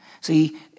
See